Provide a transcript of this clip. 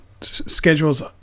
schedules